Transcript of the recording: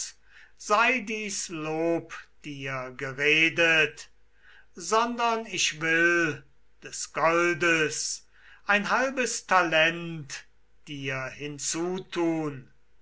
sei dies lob dir geredet sondern ich will des goldes ein halbes talent dir hinzutun